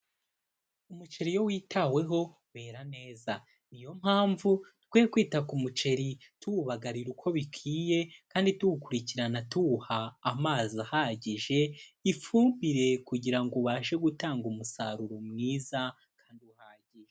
Umuceri iyo witaweho wera neza. Niyo mpamvu dukwiye kwita ku muceri tuwubagarira uko bikwiye kandi tuwukurikirana tuwuha amazi ahagije, ifumbire kugira ngo ubashe gutanga umusaruro mwiza kandi uhagije.